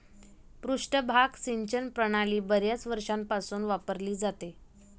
पृष्ठभाग सिंचन प्रणाली बर्याच वर्षांपासून वापरली जाते